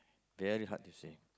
very hard to say